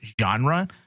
genre